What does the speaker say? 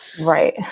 Right